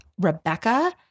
Rebecca